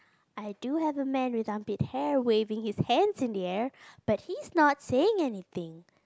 I do have a man with armpit hair waving his hands in the air but he's not saying anything